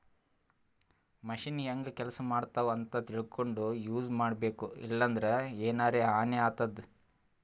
machine ಹೆಂಗ್ ಕೆಲಸ ಮಾಡ್ತಾವ್ ಅಂತ್ ತಿಳ್ಕೊಂಡ್ ಯೂಸ್ ಮಾಡ್ಬೇಕ್ ಇಲ್ಲಂದ್ರ ಎನರೆ ಹಾನಿ ಆತದ್